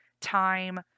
time